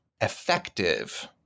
effective